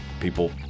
People